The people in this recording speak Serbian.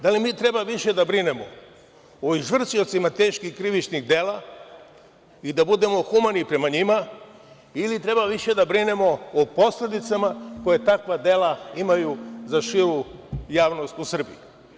Da li mi treba više da brinemo o izvršiocima teškim krivičnih dela i da budemo humani prema njima ili treba više da brinemo o posledicama koje takva dela imaju za širu javnost u Srbiji?